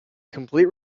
complete